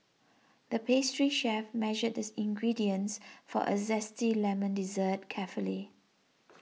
the pastry chef measured this ingredients for a Zesty Lemon Dessert carefully